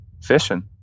fishing